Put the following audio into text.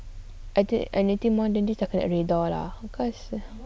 I think anything more than this kena redha lah